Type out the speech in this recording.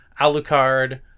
Alucard